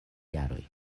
jaroj